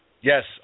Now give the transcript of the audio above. Yes